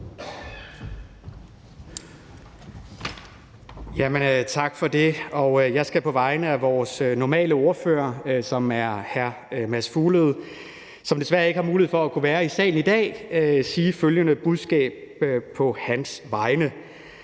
Tak for det, og jeg skal på vegne af vores sædvanlige ordfører, som er hr. Mads Fuglede, der desværre ikke har mulighed for at kunne være i salen i dag, fremføre følgende budskab: Det er